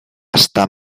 estar